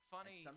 Funny